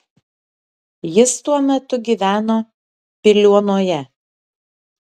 jis tuo metu gyveno piliuonoje